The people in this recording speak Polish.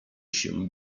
się